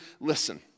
Listen